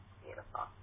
beautiful